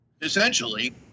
Essentially